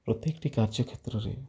ପ୍ରତ୍ୟେକଟି କାର୍ଯ୍ୟ କ୍ଷେତ୍ରରେ